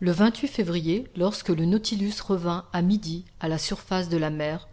le février lorsque le nautilus revint à midi à la surface de la mer